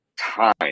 time